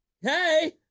Hey